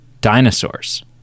dinosaurs